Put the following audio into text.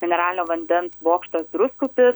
mineralinio vandens bokštas druskupis